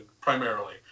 primarily